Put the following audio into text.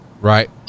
right